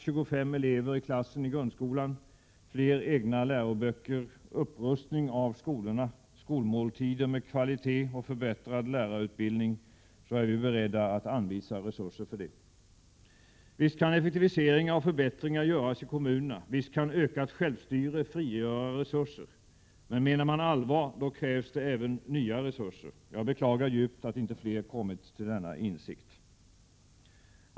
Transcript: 25 elever i klassen i grundskolan, fler egna läroböcker, upprustning av skolorna, skolmåltider med kvalitet samt förbättrad lärarutbildning, då är vi också beredda att anvisa resurser för det. Visst kan effektiviseringar och förbättringar göras i kommunerna. Visst kan ökat självstyre frigöra resurser, men menar man allvar, så krävs det även nya resurser. Jag beklagar djupt att inte fler kommit till denna insikt.